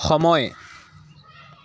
সময়